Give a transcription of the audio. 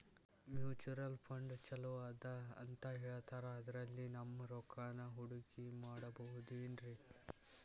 Mutual fund ಛಲೋ ಅದಾ ಅಂತಾ ಹೇಳ್ತಾರ ಅದ್ರಲ್ಲಿ ನಮ್ ರೊಕ್ಕನಾ ಹೂಡಕಿ ಮಾಡಬೋದೇನ್ರಿ?